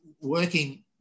working